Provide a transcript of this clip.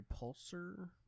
repulsor